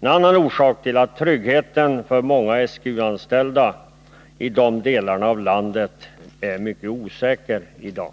en annan orsak till att tryggheten för många SGU-anställda i de delarna av landet är mycket osäker i dag.